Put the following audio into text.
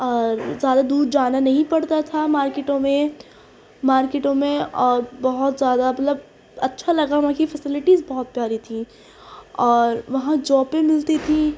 اور زیادہ دور جانا نہیں پڑتا تھا مارکیٹوں میں مارکیٹوں میں اور بہت زیادہ مطلب اچھا لگا وہاں کی فیسلیٹیز بہت پیاری تھی اور وہاں جابیں ملتی تھیں